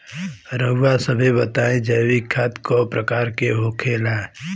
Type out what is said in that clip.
रउआ सभे बताई जैविक खाद क प्रकार के होखेला?